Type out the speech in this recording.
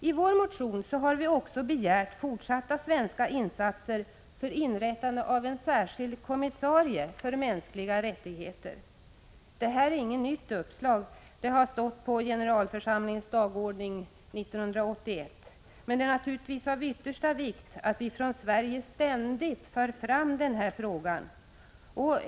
I vår motion har vi också begärt fortsatta svenska insatser för inrättande av en särskild kommissarie för mänskliga rättigheter. Det här är inget nytt uppslag — det har stått på generalförsamlingens dagordning år 1981. Men det är naturligtvis av yttersta vikt att vi från Sverige ständigt för fram den här frågan.